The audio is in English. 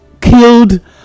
killed